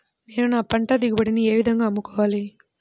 నేను నా పంట దిగుబడిని ఏ విధంగా అమ్ముకోవాలి?